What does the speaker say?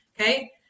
okay